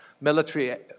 military